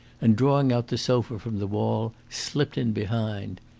and drawing out the sofa from the wall slipped in behind.